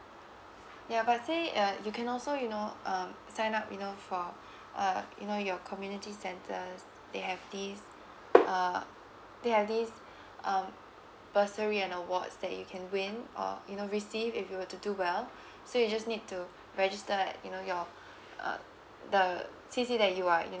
ya but see uh you can also you know um sign up you know for uh you know your community centres they have this uh they have this um bursary and awards that you can win or you know receive if you were to do well so you just need to register like you know your uh the C_C that you are in